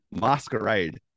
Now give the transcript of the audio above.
masquerade